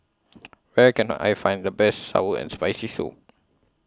Where Can I Find The Best Sour and Spicy Soup